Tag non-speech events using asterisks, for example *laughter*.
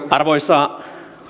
*unintelligible* arvoisa